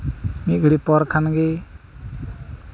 ᱢᱤᱫ ᱜᱷᱟᱹᱲᱤ ᱯᱚᱨ ᱠᱷᱟᱱᱜᱮ